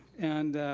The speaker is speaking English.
and